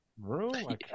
room